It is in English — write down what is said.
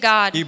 God